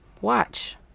Watch